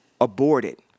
aborted